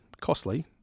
costly